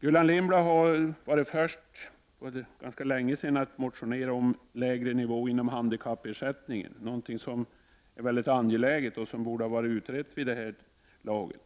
Gullan Lindblad har varit den första, och det för ganska länge sedan, att motionera om en lägre nivå inom handikappersättningen. Detta är någonting som är mycket angeläget och som borde ha varit utrett vid det här laget.